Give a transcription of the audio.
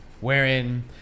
wherein